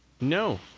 No